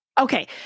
Okay